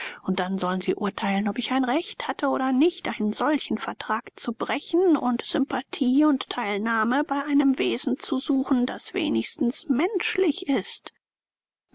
und dann sollen sie urteilen ob ich ein recht hatte oder nicht einen solchen vertrag zu brechen und sympathie und teilnahme bei einem wesen zu suchen das wenigstens menschlich ist